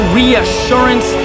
reassurance